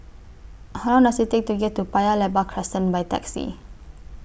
How Long Does IT Take to get to Paya Lebar Crescent By Taxi